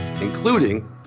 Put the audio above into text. including